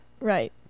right